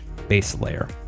Baselayer